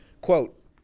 Quote